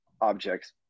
objects